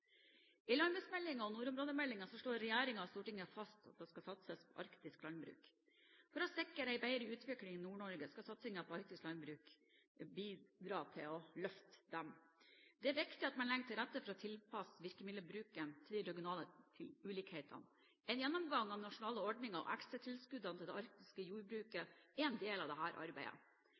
flere talere før meg, så det skal jeg ikke gjenta, men det er stor grunn til bekymring i en rekke områder. I landbruksmeldingen og nordområdemeldingen slår regjeringen fast at det skal satses på arktisk landbruk. For å sikre en bedre utvikling i Nord-Norge skal satsingen på arktisk landbruk styrkes. Det er viktig at man legger til rette for å tilpasse virkemiddelbruken til de regionale ulikhetene. En gjennomgang av de nasjonale ordningene og ekstratilskuddene til det arktiske jordbruket er